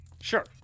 Sure